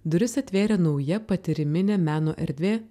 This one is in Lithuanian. duris atvėrė nauja patyriminė meno erdvė